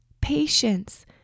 patience